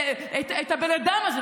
את הבן אדם הזה,